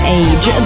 age